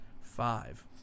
Five